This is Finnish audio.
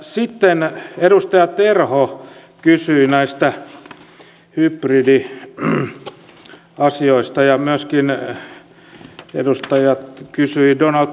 sitten edustaja terho kysyi näistä hybridiasioista ja myöskin donald trumpista